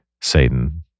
Satan